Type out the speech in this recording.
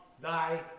thy